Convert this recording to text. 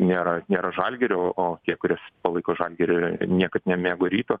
nėra nėra žalgirio o tie kuris palaiko žalgirį ir niekad nemėgo ryto